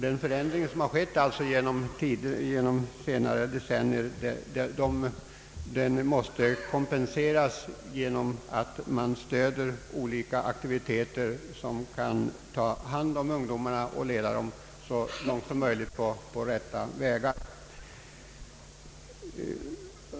Den förändring som har skett under senare decennier måste kompenseras genom att man stöder olika aktiviteter som kan ta hand om ungdomarna och så långt som möjligt leda dem på rätta vägar.